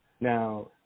Now